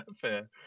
Fair